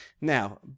now